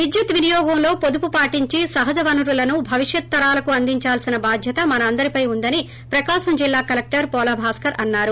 విద్యుత్ వినియోగంలో పొదుపు పాటించి సహజ వనరులను భవిష్యత్తు తరాలకు అందించాల్సిన బాధ్వత మనందరిపై ఉందని ప్రకాశం జిల్తా కలెక్షర్ పోల భాస్కర్ అన్నారు